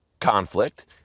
conflict